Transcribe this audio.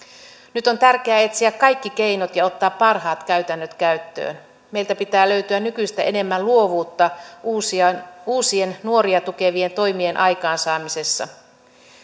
nyt on tärkeää etsiä kaikki keinot ja ottaa parhaat käytännöt käyttöön meiltä pitää löytyä nykyistä enemmän luovuutta uusien uusien nuoria tukevien toimien aikaansaamisessa